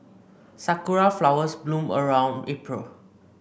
sakura flowers bloom around April